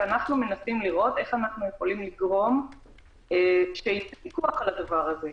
אנחנו מנסים לראות איך אנחנו יכולים לגרום לכך שיהיה פיקוח על הדבר הזה.